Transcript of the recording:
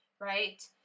right